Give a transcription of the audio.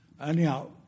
anyhow